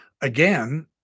Again